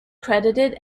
credited